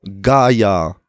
Gaia